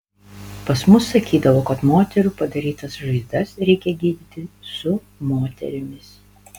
pas mus sakydavo kad moterų padarytas žaizdas reikia gydyti su moterimis